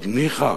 ניחא.